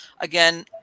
Again